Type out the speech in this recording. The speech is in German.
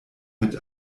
mit